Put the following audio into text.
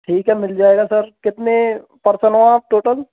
ठीक है मिल जाएगा सर कितने पर्सन हो आप टोटल